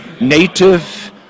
native